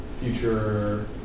future